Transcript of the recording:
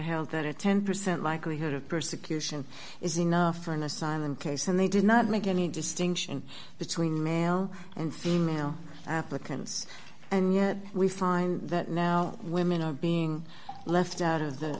held that a ten percent likelihood of persecution is enough for an asylum case and they did not make any distinction between male and female applicants and yet we find that now women are being left out of the